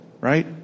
right